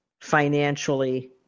financially